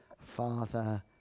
father